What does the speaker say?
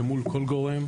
למול כל גורם,